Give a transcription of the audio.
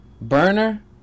Burner